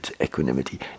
equanimity